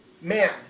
man